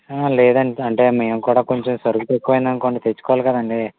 లేదండి అంటే మేము కూడా కొంచెం సరుకు తక్కువైనా కొని తెచ్చుకోవాలి కదండి